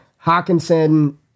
Hawkinson